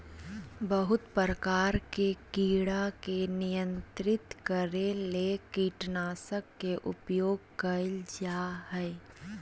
बहुत प्रकार के कीड़ा के नियंत्रित करे ले कीटनाशक के उपयोग कयल जा हइ